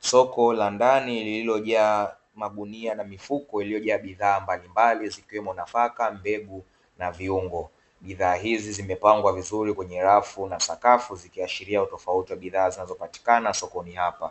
Soko la ndani lililojaa magunia na mifuko ya bidhaa mbalimbali zikiwemo nafaka, mbegu na viungo. Bidhaa hizi zimepangwa vizuri kwenye rafu na sakafu zikiashiria bidhaa zinazopatikana sokoni hapa,